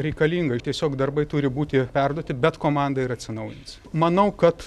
reikalinga ir tiesiog darbai turi būti perduoti bet komanda ir atsinaujins manau kad